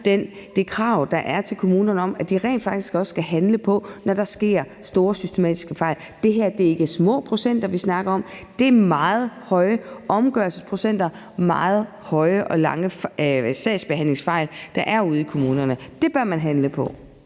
det krav, der er til kommunerne, om, at de rent faktisk også skal handle, når der sker store systematiske fejl. Det her er ikke små procenter, vi snakker om. Det er meget høje omgørelsesprocenter og meget store sagsbehandlingsfejl, der er ude i kommunerne. Det bør man handle på.